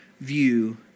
view